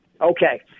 Okay